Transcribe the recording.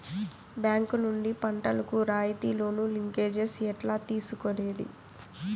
Bank నుండి పంటలు కు రాయితీ లోను, లింకేజస్ ఎట్లా తీసుకొనేది?